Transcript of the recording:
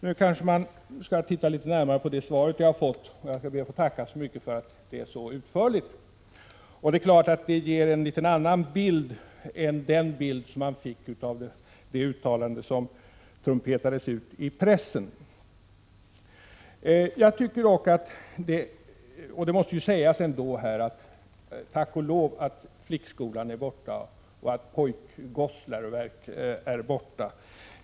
Nu kanske man skall titta litet närmare på det svar jag har fått, och jag ber att få tacka för att det är så utförligt. Det är klart att det ger en litet annan bild än den man fick av det uttalande som trumpetades ut i pressen. Jag tycker dock, och det måste ändå sägas här: Tack och lov, att flickskolan är borta och att gossläroverken är borta!